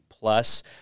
plus